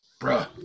Bruh